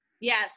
Yes